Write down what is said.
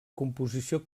composició